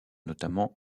notamment